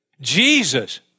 Jesus